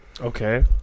Okay